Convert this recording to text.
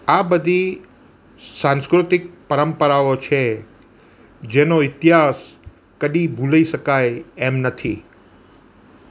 આ બધી સાંસ્કૃતિક પરંપરાઓ છે જેનો ઈતિહાસ કદી ભૂલી શકાય એમ નથી